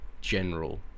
general